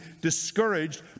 discouraged